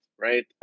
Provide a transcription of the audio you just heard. right